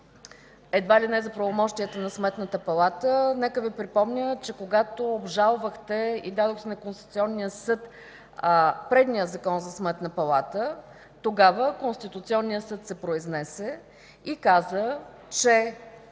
едва ли не за правомощията на Сметната палата. Нека да припомня, че когато обжалвахте и дадохте на Конституционния съд предния Закон за Сметната палата, тогава Конституционният съд се произнесе и каза, че